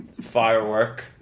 firework